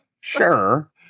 sure